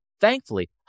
Thankfully